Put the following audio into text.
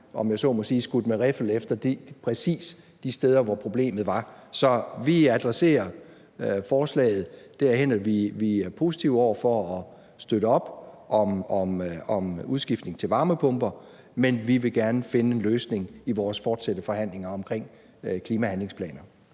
om jeg så må sige, skudt med riffel efter præcis de steder, hvor problemet var. Så vi adresserer forslaget derhen, at vi er positive over for at støtte op om udskiftning til varmepumper, men vi vil gerne finde en løsning i vores fortsatte forhandlinger om klimahandlingsplaner.